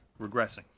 regressing